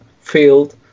field